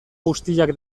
guztiak